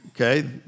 Okay